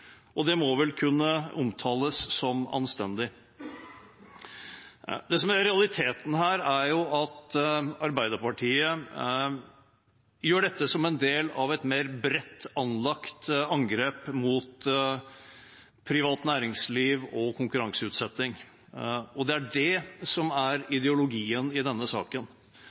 Det må vel kunne omtales som anstendig. Det som er realiteten her, er at Arbeiderpartiet gjør dette som en del av et mer bredt anlagt angrep på privat næringsliv og konkurranseutsetting. Det er det som er ideologien i denne saken.